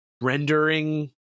rendering